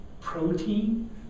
protein